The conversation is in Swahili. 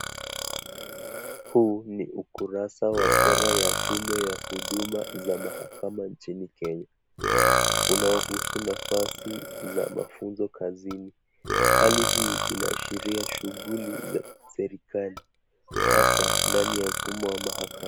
Huu ni ukurasa wa sera ya tume ya huduma za mahakama nchini Kenya, unaohusu nafasi za mafunzo kazini. Hali hii inaashiria shughuli za serikali hasa ndani ya mfumo wa mahakama.